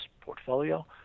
portfolio